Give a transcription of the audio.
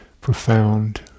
profound